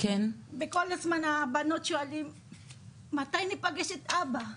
כל הזמן הבנות שאלו מתי הן ייפגשו עם אבא שלהן,